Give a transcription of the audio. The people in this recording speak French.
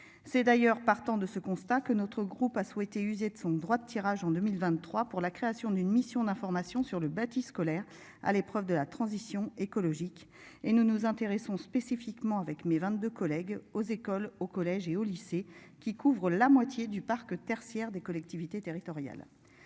C'est d'ailleurs. Partant de ce constat que notre groupe a souhaité user de son droit de tirage en 2023 pour la création d'une mission d'information sur le bâti scolaire à l'épreuve de la transition écologique et nous nous intéressons spécifiquement avec mes 22 collègue aux écoles au collège et au lycée qui couvre la moitié du parc tertiaire des collectivités territoriales.